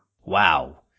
Wow